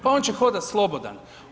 Pa on će hodati slobodan.